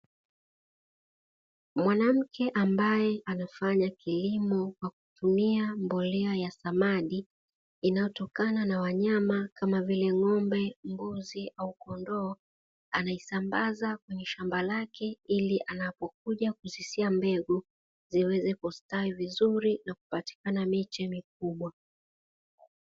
Mwanamke ambaye anafanya kilimo kwa kutumia mbolea ya samadi inayotokana na wanyama kama vile ngombe, mbuzi au kondoo anaisambaza kwenye shamba lake, ili anapokuja kuzisia mbegu ziweze kustawi vizuri na kupatikana miche mikubwa.